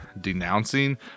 denouncing